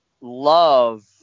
love